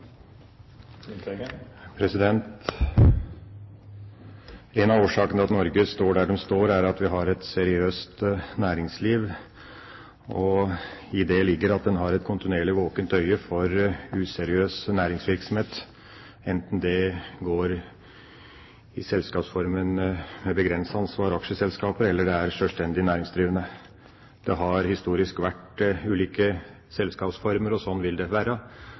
at vi har et seriøst næringsliv. I det ligger at en kontinuerlig har et våkent øye for useriøs næringsvirksomhet, enten det dreier seg om en selskapsform der aksjeselskapet har begrenset ansvar, eller det er sjølstendig næringsdrivende. Det har historisk vært ulike selskapsformer, og sånn vil det være.